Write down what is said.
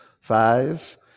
Five